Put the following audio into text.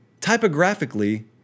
typographically